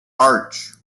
arch